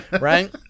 right